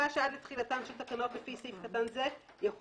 על התעבורה לפי סעיף קטן זה יפורסמו